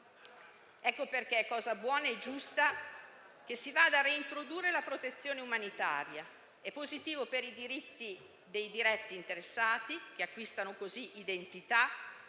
Ecco perché è cosa buona e giusta che si vada a reintrodurre la protezione umanitaria. È positivo per i diritti dei diretti interessati, che acquistano così identità,